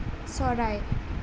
চৰাই